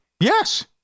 Yes